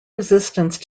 resistance